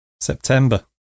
September